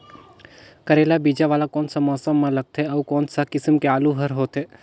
करेला बीजा वाला कोन सा मौसम म लगथे अउ कोन सा किसम के आलू हर होथे?